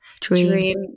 dream